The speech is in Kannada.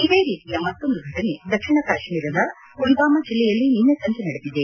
ಇದೇ ರೀತಿಯ ಮತ್ತೊಂದು ಫಟನೆ ದಕ್ಷಿಣ ಕಾಶ್ಮೀರದ ಪುಲ್ವಾಮಾ ಜಿಲ್ಲೆಯಲ್ಲಿ ನಿನ್ನೆ ಸಂಜೆ ನಡೆದಿದೆ